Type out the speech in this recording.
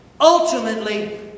Ultimately